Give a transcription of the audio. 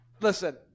listen